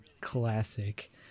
Classic